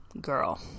girl